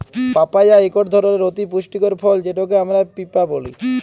papaya ইকট ধরলের অতি পুষ্টিকর ফল যেটকে আমরা পিঁপা ব্যলি